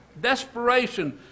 Desperation